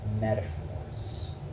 metaphors